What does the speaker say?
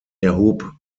erhob